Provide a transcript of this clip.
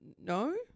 No